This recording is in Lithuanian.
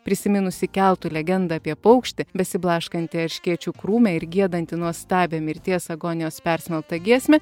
prisiminusi keltų legendą apie paukštį besiblaškantį erškėčių krūme ir giedantį nuostabią mirties agonijos persmelktą giesmę